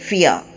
Fear